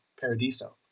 Paradiso